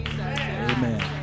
Amen